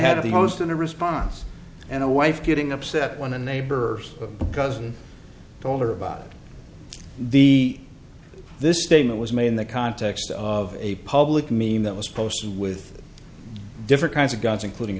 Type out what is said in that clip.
almost in a response and a wife getting upset when a neighbor cousin told her about it the this statement was made in the context of a public mean that was posted with different kinds of guns including